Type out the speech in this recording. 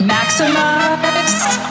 Maximized